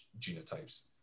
genotypes